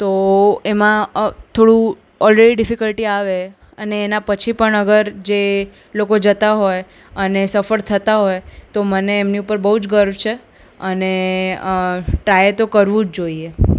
તો એમાં થોડું ઓલરેડી ડિફીકલ્ટી આવે અને એના પછી પણ અગર જે લોકો જતા હોય અને સફળ થતા હોય તો મને એમની ઉપર બહુ જ ગર્વ છે અને અ ટ્રાય તો કરવું જ જોઈએ